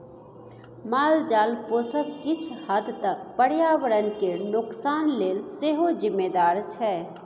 मालजाल पोसब किछ हद तक पर्यावरण केर नोकसान लेल सेहो जिम्मेदार छै